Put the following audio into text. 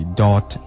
dot